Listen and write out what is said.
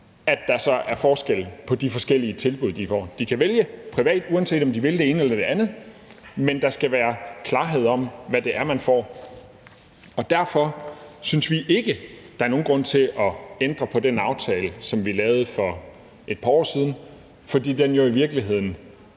at der er forskel på de forskellige tilbud, de får. De kan vælge en privat, uanset om de vil det ene eller det andet, men der skal være klarhed over, hvad det er, man får. Derfor synes vi ikke, der er nogen grund til at ændre på den aftale, som vi lavede for et par år siden, for den stiller jo i virkeligheden